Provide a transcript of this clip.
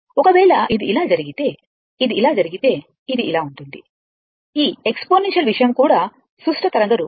ఒకవేళ ఇది ఇలా జరిగితే ఇది ఇలా జరిగితే ఇది ఇలా ఉంటుంది ఈ ఎక్స్పోనెన్షియల్ విషయం కూడా సుష్ట తరంగ రూపం